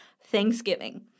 Thanksgiving